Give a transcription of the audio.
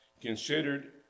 considered